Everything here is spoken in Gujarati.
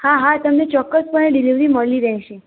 હા હા તમને ચોક્કસપણે ડિલેવરી મળી રહેશે